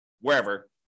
wherever